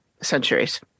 centuries